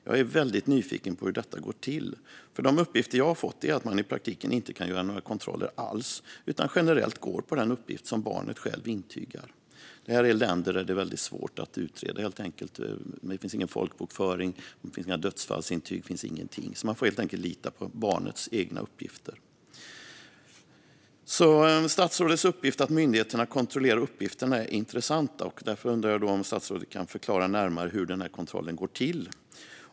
Jag är väldigt nyfiken på hur detta går till, för de uppgifter jag har fått säger att man i praktiken inte kan göra några kontroller alls utan generellt går på den uppgift som barnet självt lämnar. Detta är länder där sådant är väldigt svårt att utreda. Det finns ingen folkbokföring och inga dödsfallsintyg - det finns ingenting. Man får helt enkelt lita på barnets egna uppgifter. Statsrådets uppgift att myndigheterna kontrollerar uppgifterna är intressant. Därför undrar jag om statsrådet kan förklara närmare hur denna kontroll går till.